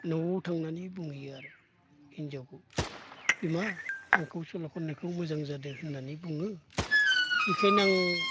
न'आव थांनानै बुंहैयो आरो हिनजावखौ बिमा आंखौ सल' खननायखौ मोजां जादों होनना बुङो बेखायनो आं